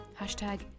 Hashtag